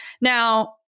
Now